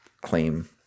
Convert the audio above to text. claim